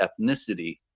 ethnicity